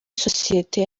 sosiyete